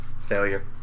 Failure